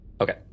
Okay